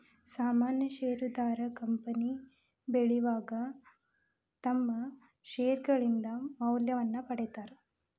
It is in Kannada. ಸಾಮಾನ್ಯ ಷೇರದಾರ ಕಂಪನಿ ಬೆಳಿವಾಗ ತಮ್ಮ್ ಷೇರ್ಗಳಿಂದ ಮೌಲ್ಯವನ್ನ ಪಡೇತಾರ